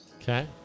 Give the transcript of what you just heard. Okay